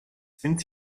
sind